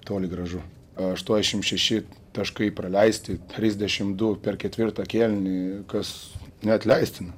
toli gražu aštuoniasdešimt šeši taškai praleisti trisdešimt du per ketvirtą kėlinį kas neatleistina